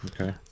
Okay